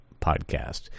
podcast